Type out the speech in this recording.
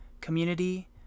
community